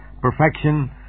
perfection